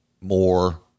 more